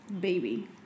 baby